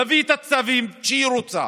להביא את הצווים שהיא רוצה